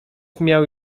miał